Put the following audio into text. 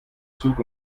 zug